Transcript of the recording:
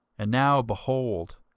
and now, behold,